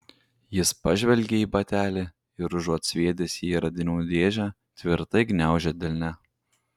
jis pažvelgė į batelį ir užuot sviedęs jį į radinių dėžę tvirtai gniaužė delne